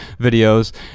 videos